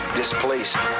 displaced